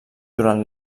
durant